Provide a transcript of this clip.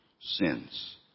sins